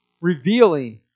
revealing